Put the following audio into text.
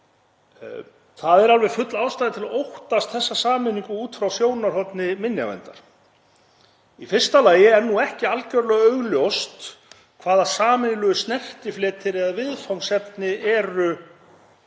Það er alveg full ástæða til að óttast þessa sameiningu út frá sjónarhorni minjaverndar. Í fyrsta lagi er ekki algerlega augljóst hverjir sameiginlegu snertifletirnir eða viðfangsefnin eru